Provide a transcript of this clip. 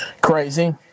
crazy